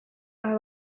are